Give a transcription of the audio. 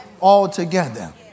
altogether